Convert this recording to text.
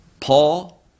Paul